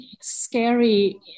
scary